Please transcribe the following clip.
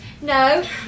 No